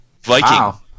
viking